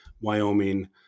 Wyoming